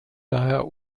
daher